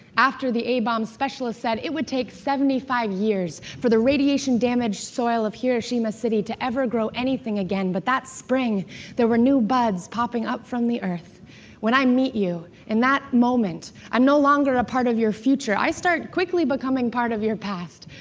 after the a-bomb specialist said it would take seventy five years for the radiation-damaged soil of hiroshima city to ever grow anything again, but that spring there were new buds popping up from the earth when i meet you in that moment, i'm no longer a part of your future. i start quickly becoming part of your past,